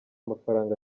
mafaranga